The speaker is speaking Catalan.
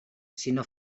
sinó